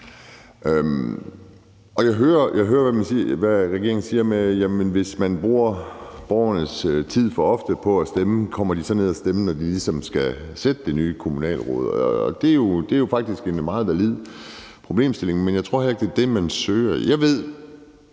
jeg hører, hvad regeringen siger: Hvis man bruger borgernes tid for ofte på at stemme, kommer de så ned og stemmer, når de ligesom skal sætte det nye kommunalråd? Det er jo faktisk en meget valid problemstilling, men jeg tror heller ikke, det er det, man søger.